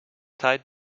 tied